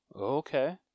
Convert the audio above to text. Okay